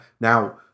Now